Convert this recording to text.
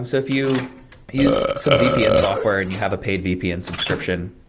um so if you use some vpn software and you have a paid vpn subscription,